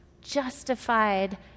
justified